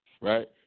Right